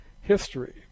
history